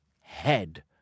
head